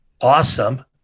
awesome